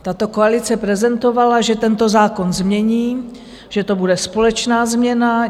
Tato koalice prezentovala, že tento zákon změní, že to bude společná změna.